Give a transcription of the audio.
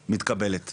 תודה, תודה רבה.